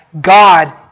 God